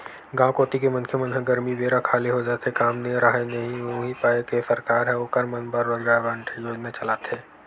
गाँव कोती के मनखे मन ह गरमी बेरा खाली हो जाथे काम राहय नइ उहीं पाय के सरकार ह ओखर मन बर रोजगार गांरटी योजना चलाथे